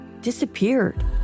disappeared